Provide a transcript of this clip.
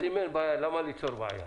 אז אם אין בעיה, למה ליצור בעיה?